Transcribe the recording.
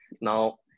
now